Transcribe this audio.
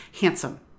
handsome